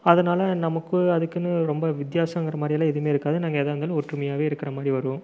அதனால் நமக்கு அதுக்குன்னு ரொம்ப வித்தியாசம்ங்கிற மாதிரியெல்லாம் எதுவும் இருக்காது நாங்கள் எதாக இருந்தாலும் ஒற்றுமையாகவே இருக்கிற மாதிரி வருவோம்